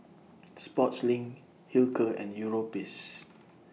Sportslink Hilker and Europace